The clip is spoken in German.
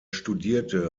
studierte